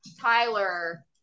Tyler